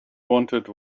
wanted